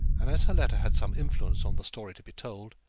and as her letter had some influence on the story to be told,